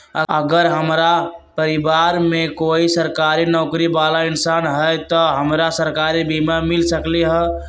अगर हमरा परिवार में कोई सरकारी नौकरी बाला इंसान हई त हमरा सरकारी बीमा मिल सकलई ह?